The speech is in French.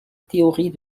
théorie